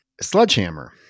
Sledgehammer